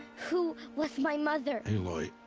who. was my mother? aloy.